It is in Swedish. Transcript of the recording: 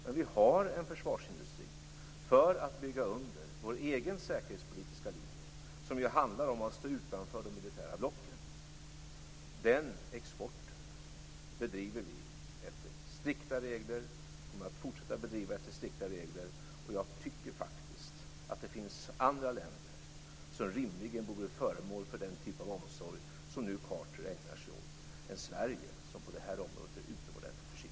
Men vi har en försvarsindustri för att bygga under vår egen säkerhetspolitiska linje, som ju handlar om att stå utanför de militära blocken. Den exporten bedriver vi efter strikta regler och kommer att fortsätta att bedriva efter strikta regler. Jag tycker faktiskt att det finns andra länder som rimligen borde vara föremål för den typen av omsorg som Jimmy Carter ägnar sig åt än Sverige, som på detta område är utomordentligt försiktigt.